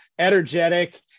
energetic